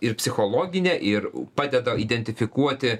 ir psichologinę ir padeda identifikuoti